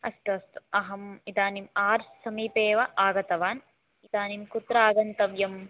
अस्तु अस्तु अहम् इदानीम् आर्च् समीपे एव आगतवान् इदानीं कुत्र आगन्तव्यम्